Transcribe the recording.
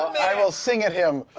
i will sing at him,